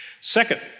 Second